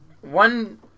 one